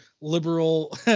liberal